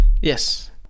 Yes